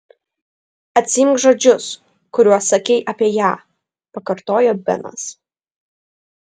atsiimk žodžius kuriuos sakei apie ją pakartojo benas